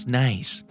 nice